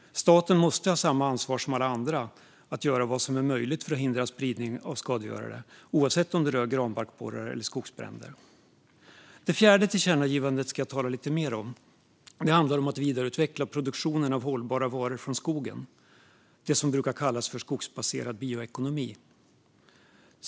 Staten måste ha samma ansvar som alla andra att göra vad som är möjligt för att hindra spridning av skadegörare, oavsett om det rör granbarkborrar eller skogsbränder. Det fjärde föreslagna tillkännagivandet ska jag tala lite mer om. Det handlar om att vidareutveckla produktionen av hållbara varor från skogen, det som brukar kallas för skogsbaserad bioekonomi.